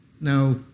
Now